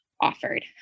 offered